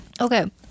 Okay